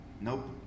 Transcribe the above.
Nope